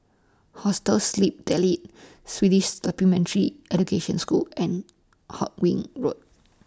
Hostel Sleep Delight Swedish Supplementary Education School and Hawkinge Road